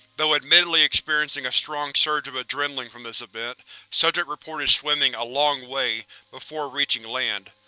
though admittedly experiencing a strong surge of adrenaline from this event, subject reported swimming a long way before reaching land.